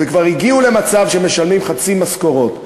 וכבר הגיעו למצב שמשלמים חצי משכורות,